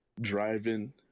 driving